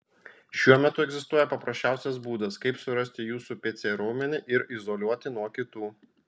šiuo metu egzistuoja paprasčiausias būdas kaip surasti jūsų pc raumenį ir izoliuoti nuo kitų